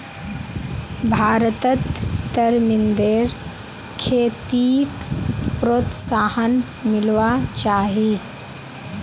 भारतत तरमिंदेर खेतीक प्रोत्साहन मिलवा चाही